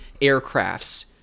aircrafts